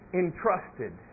entrusted